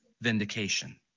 vindication